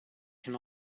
can